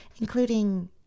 including